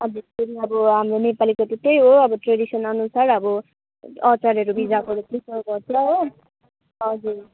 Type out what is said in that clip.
अन्त फेरि अब हाम्रो नेपालीको त्यही हो अब ट्रेडिसनल अनुसार अब अचारहरू भिजाएको प्रिफर गर्छ हो हजुर